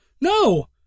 No